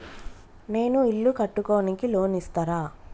నేను ఇల్లు కట్టుకోనికి లోన్ ఇస్తరా?